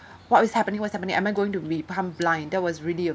what is happening what is happening am I going to become blind there was really a